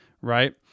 Right